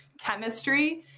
chemistry